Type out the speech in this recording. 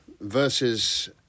versus